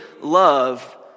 love